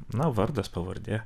na vardas pavardė